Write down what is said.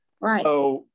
Right